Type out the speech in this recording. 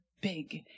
big